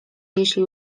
jeśli